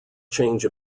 change